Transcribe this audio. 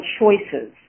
choices